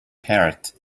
parrot